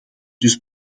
dus